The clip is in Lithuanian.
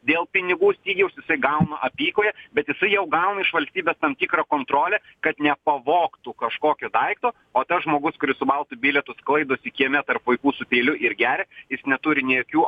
dėl pinigų stygiaus jisai gauna apykoję bet jisai jau gauna iš valstybės tam tikrą kontrolę kad nepavogtų kažkokio daikto o tas žmogus kuris su baltu bilietu sklaidosi kieme tarp vaikų su peiliu ir geria jis neturi nė jokių